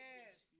Yes